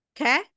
Okay